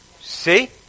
See